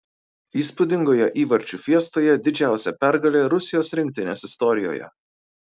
įspūdingoje įvarčių fiestoje didžiausia pergalė rusijos rinktinės istorijoje